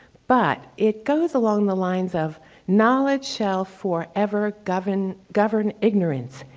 but it goes along the lines of knowledge shall forever govern govern ignorance,